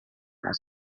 les